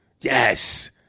Yes